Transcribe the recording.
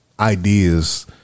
ideas